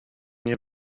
nie